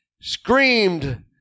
screamed